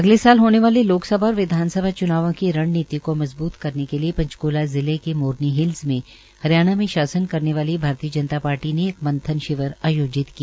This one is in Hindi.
अगले साल होने वाले लोकसभा और विधानसभा च्नावों की रणनीति को मजबूत करने के लिए पंचकूला जिले के मोरनी हिल्स में हरियाणा में शासन करने वाली भारतीय जनता पार्टी ने एक मंथन शिविर आयोजित किया